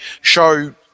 show